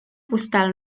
postal